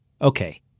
Okay